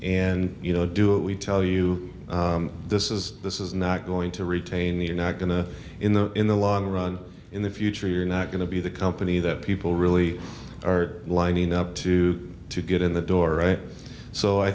and you know do it we tell you this is this is not going to retain the you're not going to in the in the long run in the future you're not going to be the company that people really are lining up to to get in the door